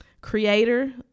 creator